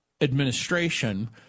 administration